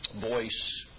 voice